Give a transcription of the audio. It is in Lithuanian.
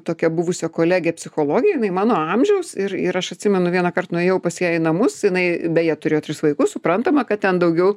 tokią buvusią kolegę psichologę jinai mano amžiaus ir ir aš atsimenu vienąkart nuėjau pas ją į namus jinai beje turėjo tris vaikus suprantama kad ten daugiau